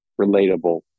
relatable